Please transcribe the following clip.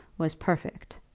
was perfect.